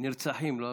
לא הרוגים.